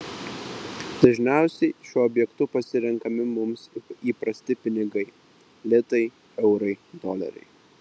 dažniausiai šiuo objektu pasirenkami mums įprasti pinigai litai eurai doleriai